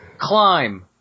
climb